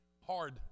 hard